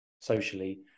socially